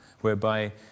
whereby